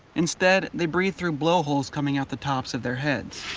instead they breathe through blowholes coming out the tops of their heads.